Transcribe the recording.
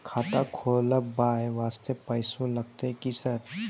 खाता खोलबाय वास्ते पैसो लगते की सर?